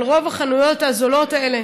רוב החנויות הזולות האלה